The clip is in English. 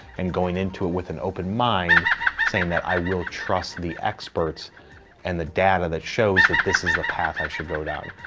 and going into it with an open mind saying that i will trust the experts and the data that shows that this is the path i should go down.